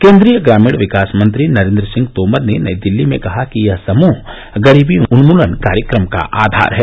केन्दीय ग्रामीण विकास मंत्री नरेन्द्र सिंह तोमर ने नई दिल्ली में कहा कि यह समूह गरीबी उन्मुलन कार्यक्रम का आधार है